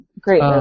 Great